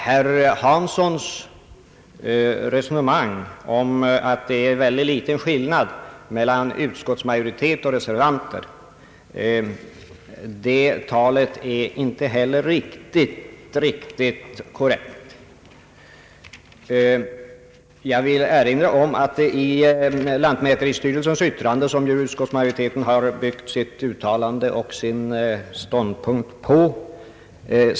Herr Hanssons resonemang om att det är väldigt liten skillnad mellan utskottsmajoritet och reservanter är heller inte riktigt korrekt. Jag vill erinra om vad som sägs i lantmäteristyrelsens yttrande, som ju utskottsmajoriteten har byggt sitt uttalande och sin ståndpunkt på.